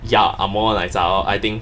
ya ang moh 的奶茶 I think